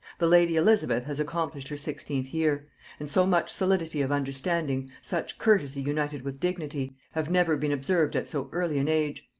the lady elizabeth has accomplished her sixteenth year and so much solidity of understanding, such courtesy united with dignity, have never been observed at so early an age.